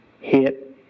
Hit